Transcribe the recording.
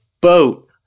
boat